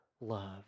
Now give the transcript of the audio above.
love